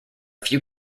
few